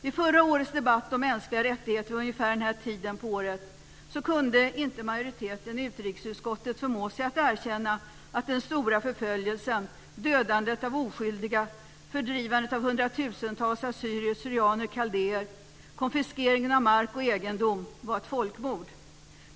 Vid förra årets debatt om mänskliga rättigheter vid ungefär den här tiden på året kunde majoriteten i utrikesutskottet inte förmå sig att erkänna att den stora förföljelsen och dödandet av oskyldiga, fördrivandet av hundratusentals assyrier/syrianer och kaldéer och konfiskeringen av mark och egendom var ett folkmord.